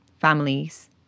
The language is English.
families